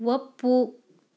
ಒಪ್ಪು